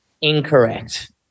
Incorrect